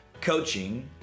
coaching